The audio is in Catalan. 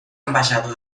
ambaixador